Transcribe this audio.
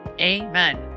Amen